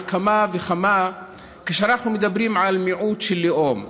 ועל אחת כמה וכמה כשאנחנו מדברים על מיעוט של לאום.